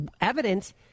Evidence